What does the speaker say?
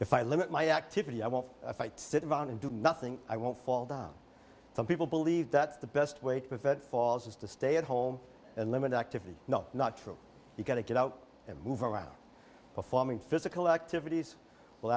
if i limit my activity i won't fight sit around and do nothing i won't fall down some people believe that the best way to prevent falls is to stay at home and limit activity no not true you've got to get out and move around performing physical activities will